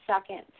second